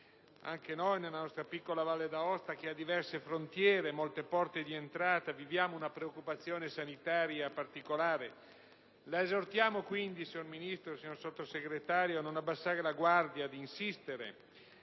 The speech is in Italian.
esiste. Nella nostra piccola Valle d'Aosta, che presenta diverse frontiere e molte porte di entrata, viviamo una preoccupazione sanitaria particolare. Vi esortiamo dunque, signor Ministro e signor Sottosegretario, a non abbassare la guardia, ad insistere